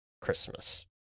Christmas